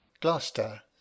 Gloucester